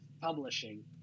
publishing